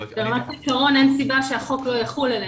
ברמת העיקרון, אין סיבה שהחוק לא יחול עליהם.